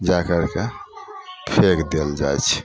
जा करिके फेक देल जाइ छै